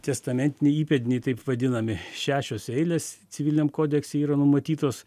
testamentiniai įpėdiniai taip vadinami šešios eilės civiliniam kodekse yra numatytos